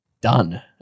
done